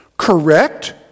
Correct